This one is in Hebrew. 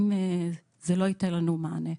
אם זה לא ייתן לנו מענה.